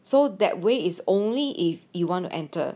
so that way is only if you want to enter